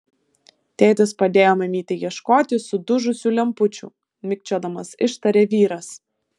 tėtis padėjo mamytei ieškoti sudužusių lempučių mikčiodamas ištarė vyras